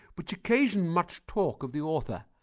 which occasioned much talk of the author,